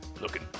looking